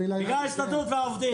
בגלל ההסתדרות והעובדים.